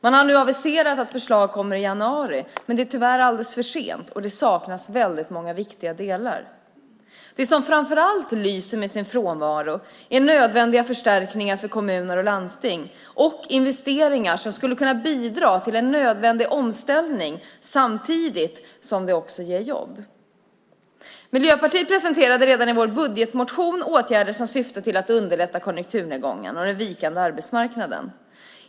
Man har nu aviserat att förslag kommer i januari. Men det är tyvärr alldeles för sent, och det saknas väldigt många viktiga delar. Det som framför allt lyser med sin frånvaro är nödvändiga förstärkningar för kommuner och landsting och investeringar som skulle kunna bidra till en nödvändig omställning samtidigt som de också ger jobb. Vi i Miljöpartiet presenterade redan i vår budgetmotion åtgärder som syftar till att underlätta med anledning av konjunkturnedgången och den vikande arbetsmarknaden.